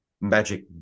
magic